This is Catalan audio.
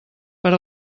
per